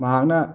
ꯃꯍꯥꯛꯅ